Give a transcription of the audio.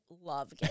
love